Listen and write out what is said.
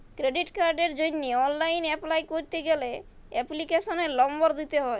credit কার্ডের জন্হে online apply ক্যরতে গ্যালে এপ্লিকেশনের লম্বর দিত্যে হ্যয়